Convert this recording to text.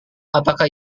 apakah